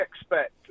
expect